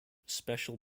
special